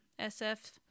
SF